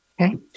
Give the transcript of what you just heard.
Okay